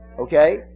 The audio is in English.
Okay